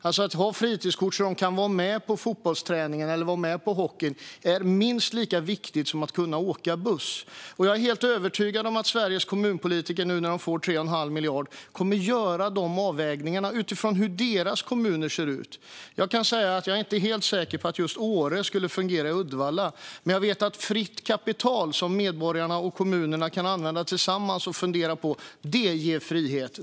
Att ha ett fritidskort så att de kan vara med på fotbolls eller hockeyträningen är minst lika viktigt som att kunna åka buss. Jag är helt övertygad om att när Sveriges kommunpolitiker nu får 3,5 miljarder kommer de att göra avvägningar utifrån hur deras kommuner ser ut. Jag är inte helt säker på att just Åremodellen skulle funka i Uddevalla, men jag vet att fritt kapital som kommunen och medborgarna kan använda tillsammans ger frihet.